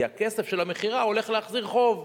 כי הכסף של המכירה הולך להחזיר חוב,